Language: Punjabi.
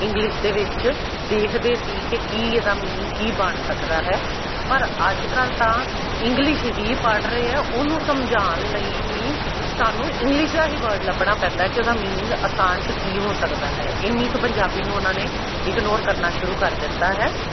ਇੰਗਲਿਸ਼ ਦੇ ਵਿੱਚ ਦੇਖਦੇ ਸੀ ਕਿ ਕੀ ਇਹਦਾ ਮੀਨਿੰਗ ਕੀ ਬਣ ਸਕਦਾ ਹੈ ਪਰ ਅੱਜ ਕੱਲ੍ਹ ਤਾਂ ਇੰਗਲਿਸ਼ ਹੀ ਪੜ੍ਹ ਰਹੇ ਆ ਉਹਨੂੰ ਸਮਝਾਉਣ ਲਈ ਹੀ ਸਾਨੂੰ ਇੰਗਲਿਸ਼ ਦਾ ਹੀ ਵਰਡ ਲੱਭਣਾ ਪੈਂਦਾ ਕਿ ਉਹਦਾ ਮੀਨਿੰਗ ਆਸਾਨ 'ਚ ਕੀ ਹੋ ਸਕਦਾ ਹੈ ਇੰਨੀ ਕੁ ਪੰਜਾਬੀ ਨੂੰ ਉਹਨਾਂ ਨੇ ਇਗਨੋਰ ਕਰਨਾ ਸ਼ੁਰੂ ਕਰ ਦਿੱਤਾ ਹੈ